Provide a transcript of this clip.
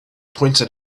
pointed